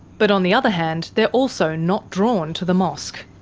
but on the other hand, they're also not drawn to the mosque.